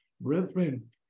Brethren